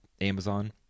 Amazon